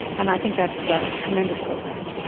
and i think that's ah tremendous progress.